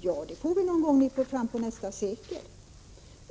Ja, det blir det någon gång fram mot nästa sekel.